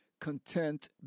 content